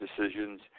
decisions